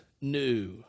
new